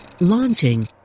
Launching